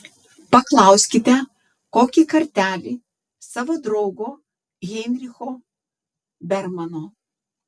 paklauskite kokį kartelį savo draugo heinricho bermano